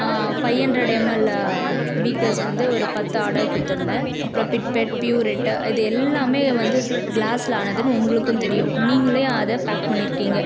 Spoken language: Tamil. ஃபைவ் ஹண்ட்ரேட் எம்எல் பீக்கர்ஸ் வந்து ஒரு பத்து ஆர்டர் கொடுத்துருந்தேன் அப்புறம் பிப்பெட் ப்யூரெட்டு இது எல்லாமே வந்து க்ளாஸில் ஆனதுன்னு உங்களுக்கும் தெரியும் நீங்களே அதை பேக் பண்ணியிருக்கீங்க